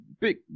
big